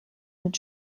mit